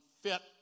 fit